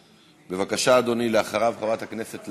3013, 3031, 3041, 3053,